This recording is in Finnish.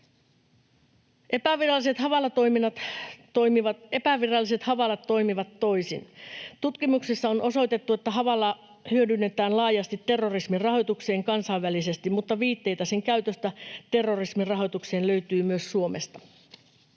Epäviralliset hawalat toimivat toisin. Tutkimuksissa on osoitettu, että hawalaa hyödynnetään laajasti terrorismin rahoitukseen kansainvälisesti, mutta viitteitä sen käytöstä terrorismin rahoitukseen löytyy myös Suomesta.